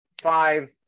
five